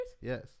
Yes